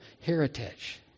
heritage